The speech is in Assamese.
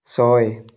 ছয়